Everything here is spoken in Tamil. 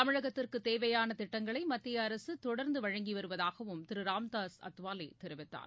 தமிழகத்திற்குதேவையானதிட்டங்களைமத்தியஅரசுதொடர்ந்துவழங்கிவருவதாகவும் திருராம்தாஸ் அத்வாலேதெரிவித்தார்